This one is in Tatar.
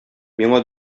миңа